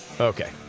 Okay